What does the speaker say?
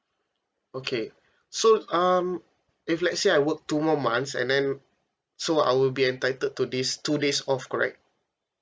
okay so um if let's say I work two more months and then so I will be entitled to this two days off correct